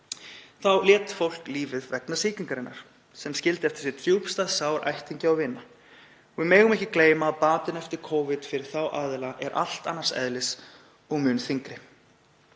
þá lét fólk lífið vegna sýkingarinnar sem skildi eftir sig djúpstæð sár meðal ættingja og vina. Við megum ekki gleyma að batinn eftir Covid fyrir þá aðila er allt annars eðlis og mun þyngri.